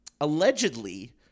Allegedly